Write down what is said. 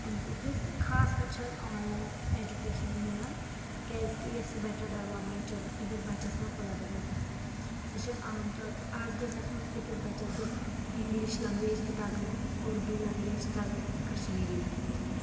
اَمہِ سۭتۍ گژھِ خاص کَر چھِ آز آنلاین ایٚجوٗکیشن مِلان کیٚازِ کہِ یۄس یہِ بیٚٹر ڈیٚولَپمینٹ چھ أکِس بَچس منٛز پٲدٕ گژھِ گژھِنۍ سۄ چھِ عام طور آز گژھِ آسُن أکِس بَچس گژھِ انگلش لینٛگویج تہِ تَگنۍ اُردو لینٛگویج تہِ تَگنۍ کَشمیٖری لیٚنٛگویج تہِ تَگنۍ